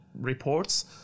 reports